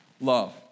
Love